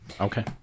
Okay